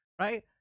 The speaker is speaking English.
Right